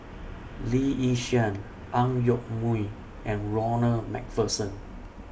Lee Yi Shyan Ang Yoke Mooi and Ronald MacPherson